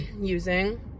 using